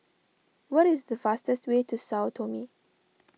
what is the fastest way to Sao Tome